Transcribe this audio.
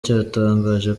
cyatangaje